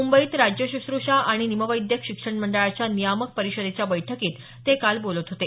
मुंबईत राज्य शुश्र्षा आणि निमवैद्यक शिक्षण मंडळाच्या नियामक परिषदेच्या बैठकीत ते काल बोलत होते